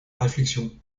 réflexion